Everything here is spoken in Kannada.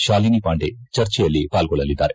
ಶಾಲಿನಿ ಪಾಂಡೆ ಚರ್ಚೆಯಲ್ಲಿ ಪಾಲ್ಗೊಳ್ಳಲಿದ್ದಾರೆ